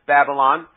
Babylon